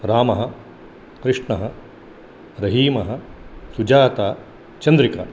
रामः कृष्णः रहीमः सुजाता चन्द्रिका